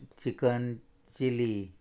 chicken chilly